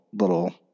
little